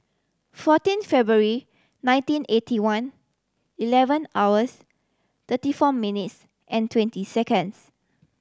fourteen February nineteen eighty one eleven hours thirty four minutes and twenty seconds